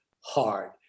hard